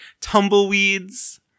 tumbleweeds